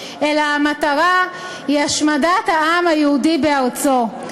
אלא המטרה היא השמדת העם היהודי בארצו,